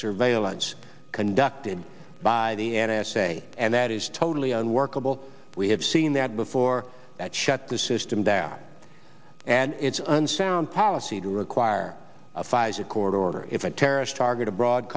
surveillance conducted by the n s a and that is totally unworkable we have seen that before that shut the system down and it's unsound policy to require a pfizer court order if a terrorist target abroad